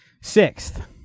Sixth